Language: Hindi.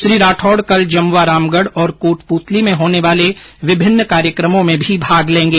श्री राठौड़ कल जमवारामगढ और कोटप्रतली में होने वाले विभिन्न कार्यक्रमों में भी भाग लेंगे